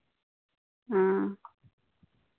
ᱦᱮᱸ